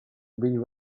been